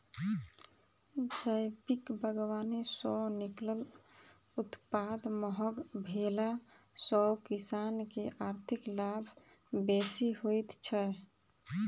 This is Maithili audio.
जैविक बागवानी सॅ निकलल उत्पाद महग भेला सॅ किसान के आर्थिक लाभ बेसी होइत छै